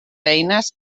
eines